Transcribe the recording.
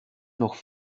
noch